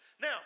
Now